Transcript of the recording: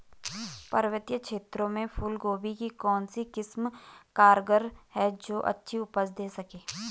पर्वतीय क्षेत्रों में फूल गोभी की कौन सी किस्म कारगर है जो अच्छी उपज दें सके?